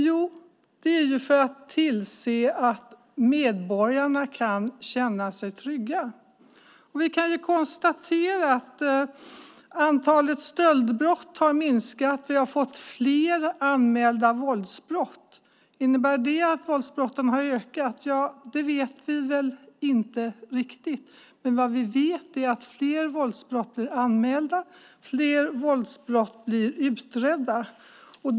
Jo, det handlar om att se till att medborgarna kan känna sig trygga. Vi kan konstatera att antalet stöldbrott har minskat och att fler våldsbrott är anmälda. Innebär det att antalet våldsbrott har ökat? Ja, det vet vi väl inte riktigt. Men vi vet att fler våldsbrott nu är anmälda och att fler våldsbrott blir utredda.